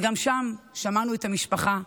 גם שם שמענו את המשפחה,